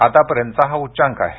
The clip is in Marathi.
आत्तापर्यंतचा हा उच्चांक आहे